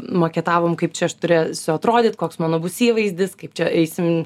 maketavom kaip čia aš turėsiu atrodyt koks mano bus įvaizdis kaip čia eisim